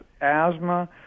asthma